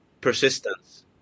persistence